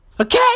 Okay